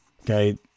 Okay